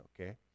okay